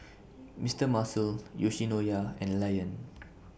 Mister Muscle Yoshinoya and Lion